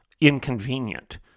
inconvenient